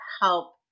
help